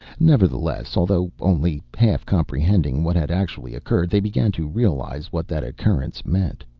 nevertheless, although only half comprehending what had actually occurred, they began to realize what that occurrence meant.